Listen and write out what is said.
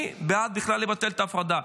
אני בכלל בעד לבטל את ההפרדה.